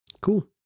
Cool